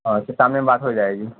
اور پھر شام میں بات ہو جائے گی